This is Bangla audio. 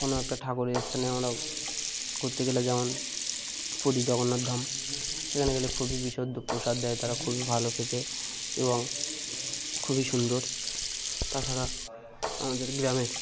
কোনো একটা ঠাকুরের স্থানে আমরা করতে গেলে যেমন পুরী জগন্নাথ ধাম সেখানে গেলে খুবই বিশুদ্ধ প্রসাদ দেয় তারা খুবই ভালো খেতে এবং খুবই সুন্দর তা ছাড়া আমাদের গ্রামের